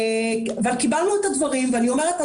אבל קיבלנו את הדברים ואני אומרת,